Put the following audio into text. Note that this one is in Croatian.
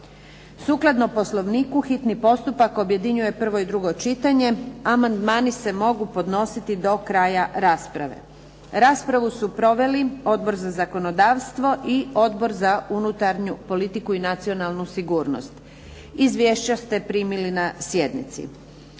Sukladno poslovniku hitni postupak objedinjuje prvo i drugo čitanje. Amandmani se mogu podnositi do kraja rasprave. Raspravu su proveli Odbor za zakonodavstvo i Odbor za unutarnju politiku i nacionalnu sigurnost. Izvješća ste primili na sjednici.